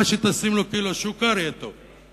מה שתוסיף לו קילו סוכר יהיה טוב.